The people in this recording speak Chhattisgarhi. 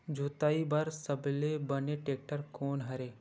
जोताई बर सबले बने टेक्टर कोन हरे?